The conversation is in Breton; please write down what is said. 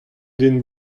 den